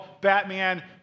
Batman